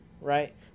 right